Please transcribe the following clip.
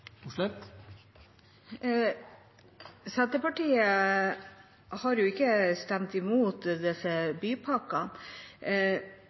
Senterpartiet har jo ikke stemt imot